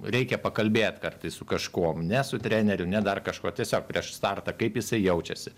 reikia pakalbėt kartais su kažkuom ne su treneriu ne dar kažkuo tiesiog prieš startą kaip jisai jaučiasi